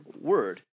word